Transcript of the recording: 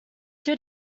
two